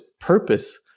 purpose